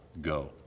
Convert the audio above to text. go